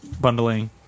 bundling